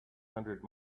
hundred